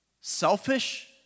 selfish